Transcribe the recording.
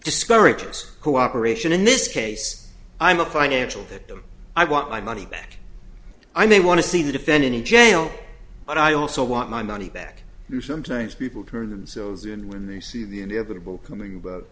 discourages cooperation in this case i'm a financial that i want my money back i may want to see the defendant in jail but i also want my money back sometimes people turn themselves in when they see the inevitable coming